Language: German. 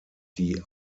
die